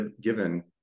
given